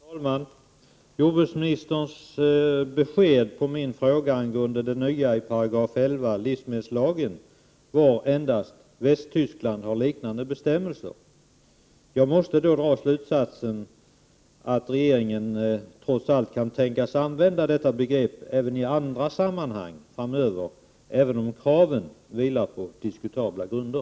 Herr talman! Jordbruksministerns besked med anledning av min fråga om ändringen av 11 § i livsmedelslagen var endast att Västtyskland har liknande bestämmelser. Jag måste dra slutsatsen att regeringen trots allt kan tänkas komma att använda sig av detta begrepp även i andra sammanhang framöver — även om kraven vilar på diskutabla grunder.